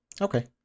Okay